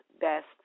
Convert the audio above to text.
best